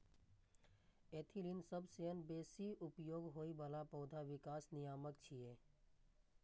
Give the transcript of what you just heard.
ethylene सबसं बेसी उपयोग होइ बला पौधा विकास नियामक छियै